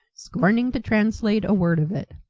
scorning to translate a word of it.